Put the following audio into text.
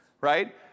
Right